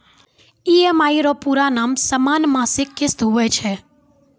EMI रो पूरा नाम समान मासिक किस्त हुवै छै